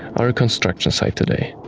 are a construction site today.